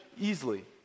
easily